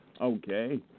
okay